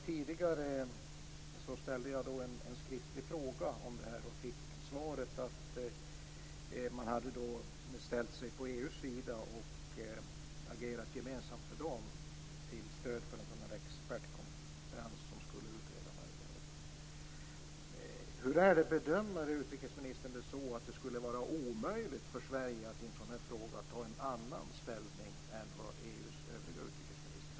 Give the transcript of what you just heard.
Tidigare ställde jag en skriftlig fråga om det här, och jag fick svaret att man hade ställt sig på EU:s sida och agerat gemensamt med EU till stöd för en expertkonferens som skulle utreda möjligheterna. Bedömer utrikesministern att det skulle vara omöjligt för Sverige att i en sådan här fråga ta en annan ställning än vad EU:s övriga utrikesministrar har gjort?